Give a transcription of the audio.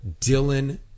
Dylan